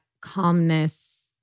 calmness